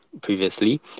previously